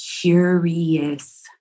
curious